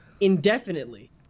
indefinitely